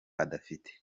adafite